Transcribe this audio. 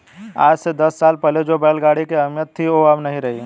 आज से दस साल पहले जो बैल गाड़ी की अहमियत थी वो अब नही रही